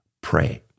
pray